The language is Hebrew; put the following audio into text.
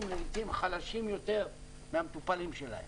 לעיתים חלשים יותר מהמטופלים שלהם.